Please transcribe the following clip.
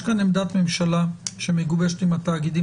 יש פה עמדת ממשלה שמגובשת עם התאגידים